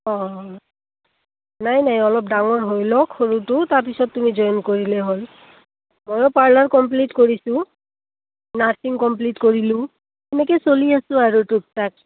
অঁ নাই নাই অলপ ডাঙৰ হৈ লওক সৰুটো তাৰপিছত তুমি জইন কৰিলেই হ'ল ময়ো পাৰ্লাৰ কমপ্লিট কৰিছোঁ নাৰ্ছিং কমপ্লিট কৰিলোঁ এনেকে চলি আছোঁ আৰু টোকটাক